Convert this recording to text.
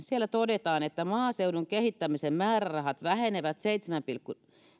siellä todetaan että maaseudun kehittämisen määrärahat vähenevät seitsemällä pilkku